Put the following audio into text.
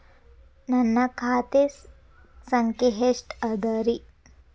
ನನ್ನ ಖಾತೆ ಸಂಖ್ಯೆ ಎಷ್ಟ ಅದರಿ?